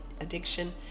addiction